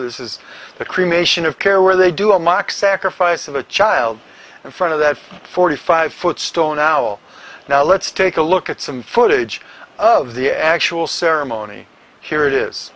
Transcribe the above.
this is the cremation of care where they do a mock sacrifice of a child in front of that forty five foot stone owl now let's take a look at some footage of the actual ceremony here it is